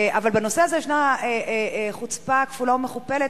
אבל בנושא הזה ישנה חוצפה כפולה ומכופלת,